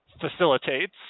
facilitates